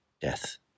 death